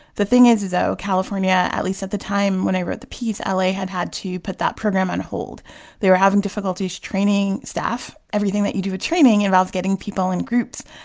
the thing is is though, california, at least at the time when i wrote the piece, ah la had had to put that program on hold they were having difficulties training staff. everything that you do a training involves getting people in groups.